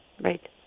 Right